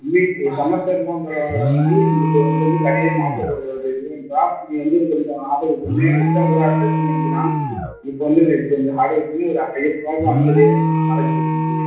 தம்பி செமஸ்டர் இருந்தாலும் பரவாயில்லைடா தம்பி இது இப்போ உனக்கு வந்து கதையே மாற்றப் போகிற ஒரு ஈவென்ட்ரா நீ வந்து இது கொஞ்சம் ஹார்டு ஒர்க் பண்ணு எக்ஸாம் கூட அடுத்த செம் எழுதிக்கலாம் இப்போ வந்து இதுக்கு கொஞ்சம் ஹார்டு ஒர்க் பண்ணி ஒரு ஹையஸ்ட் ஸ்கோரில் வந்துரு நான் காலேஜ்